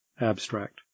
Abstract